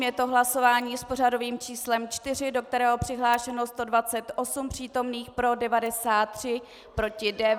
Je to hlasování s pořadovým číslem 4, do kterého je přihlášeno 128 přítomných, pro 93, proti 9.